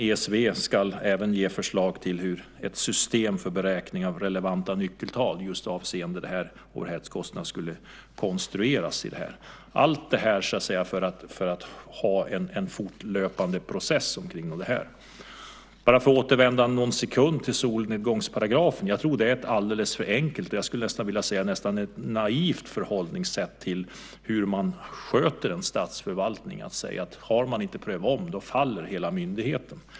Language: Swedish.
ESV ska även ge förslag till hur ett system för beräkning av relevanta nyckeltal just avseende overheadkostnaderna skulle konstrueras - allt för att ha en fortlöpande process kring frågan. Låt mig för en sekund återvända till solnedgångsparagrafen. Jag tror att det är att ha ett alldeles för enkelt och, skulle jag vilja säga, nästan naivt förhållningssätt till hur man sköter en statsförvaltning att säga att ifall man inte gjort en omprövning så faller hela myndigheten.